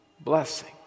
blessing